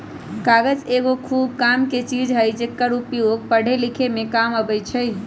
कागज एगो खूब कामके चीज हइ जेकर उपयोग पढ़े लिखे में काम अबइ छइ